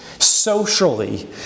socially